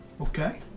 Okay